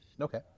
Okay